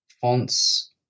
fonts